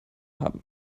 haben